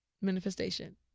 manifestation